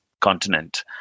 continent